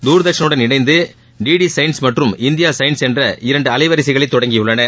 தூர்தர்ஷனுடன் இணைந்து D D D science மற்றும் India science பெயரில் இரண்டு அலைவரிசைகளை தொடங்கியுள்ளன